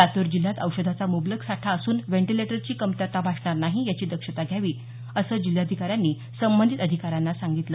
लातूर जिल्ह्यात औषधाचा मुबलक साठा असून व्हॅंटिलेटरची कमतरता भासणार नाही याची दक्षता घ्यावी असं जिल्हाधिकाऱ्यांनी संबंधित अधिकाऱ्यांनी सांगितलं